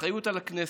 אחריות על הכנסת,